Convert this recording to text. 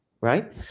right